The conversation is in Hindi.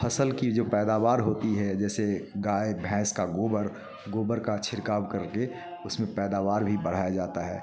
फसल की जो पैदावार होती है जैसे गाय भैंस का गोबर गोबर का छिड़काव करके उसमें पैदावार भी बढ़ाया जाता है